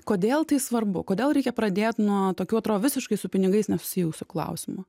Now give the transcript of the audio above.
kodėl tai svarbu kodėl reikia pradėt nuo tokių atrodo visiškai su pinigais nesusijusių klausimų